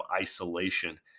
isolation